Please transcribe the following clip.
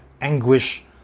anguish